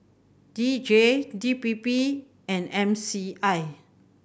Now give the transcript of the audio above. D J D P P and M C I